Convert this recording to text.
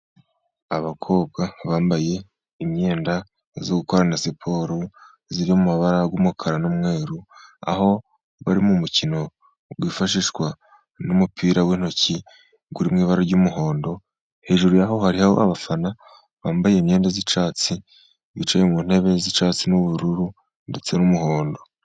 Abakobwa bambaye imyenda yo gukorana siporo iri mu mabara y'umukara n'umweru, aho bari mu mukino wifashishwa n'umupira w'intoki, uri mw'ibara ry'umuhondo, hejuru yaho hariho abafana bambaye imyenda y'icyatsi, bicaye mu ntebe z'icyatsi n'ubururu ndetse n'umuhondo.